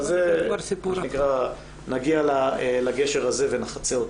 אבל נגיע לגשר הזה ונחצה אותו.